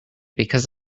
because